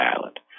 island